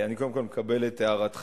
אני קודם כול מקבל את הערתך,